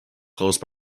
close